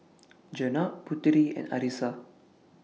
Jenab Putri and Arissa